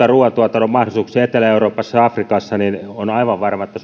ruuantuotannon mahdollisuuksia etelä euroopassa ja afrikassa niin on aivan varma että